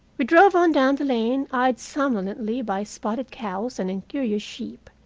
we drove on down the lane, eyed somnolently by spotted cows and incurious sheep,